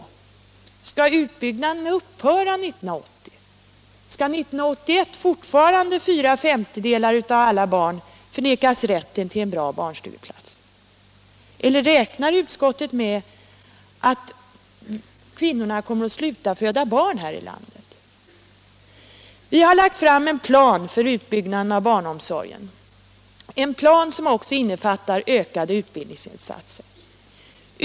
Skall utbyggnaden upphöra 1980? Skall år 1981 fortfarande fyra femtedelar av alla barn nekas rätten till bra barnstugeplatser? Eller räknar utskottet med att kvinnorna kommer att sluta att föda barn här i landet? Vi har lagt fram en plan för utbyggnaden av barnomsorgen — en plan som också innefattar ökade utbildningsinsatser.